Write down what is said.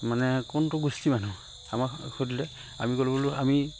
মানে কোনটো গোষ্ঠীৰ মানুহ আমাক সুধিলে আমি ক'লোঁ বোলো আমি